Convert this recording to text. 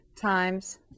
times